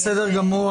זה בסדר גמור,